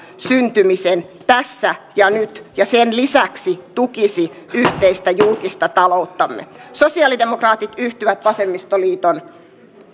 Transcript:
syntymisen tässä ja nyt ja sen lisäksi tukisi yhteistä julkista talouttamme sosialidemokraatit yhtyvät vasemmistoliiton